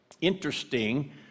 interesting